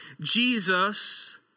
Jesus